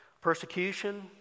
persecution